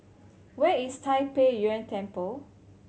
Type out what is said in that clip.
where is Tai Pei Yuen Temple